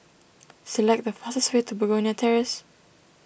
select the fastest way to Begonia Terrace